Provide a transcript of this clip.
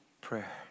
prayer